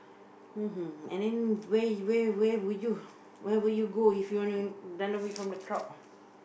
(uh huh) and then where you where where where were you where were you go if you wanna run away from the crowd